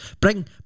Bring